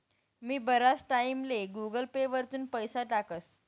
मी बराच टाईमले Google Pay वरथून पैसा टाकस